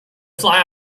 fly